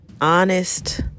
Honest